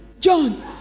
John